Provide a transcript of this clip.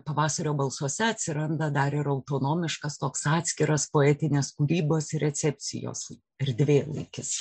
pavasario balsuose atsiranda dar ir autonomiškas toks atskiras poetinės kūrybos recepcijos erdvėlaikis